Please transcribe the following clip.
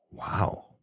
Wow